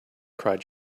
cried